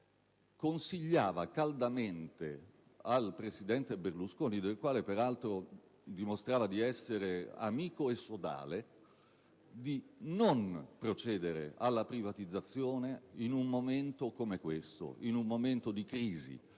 consigliava caldamente al presidente Berlusconi, del quale peraltro dimostrava di essere amico e sodale, di non procedere alla privatizzazione in un momento di pesantissima crisi